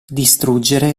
distruggere